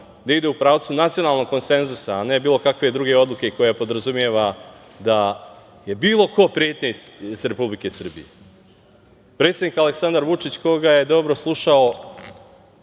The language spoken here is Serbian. da idu u pravcu nacionalnog konsenzusa, a ne bilo kakve druge odluke koja podrazumeva, da je bilo ko pre te, iz Republike Srbije. Predsednik Aleksandar Vučić, ko ga je dobro slušao,